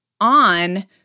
on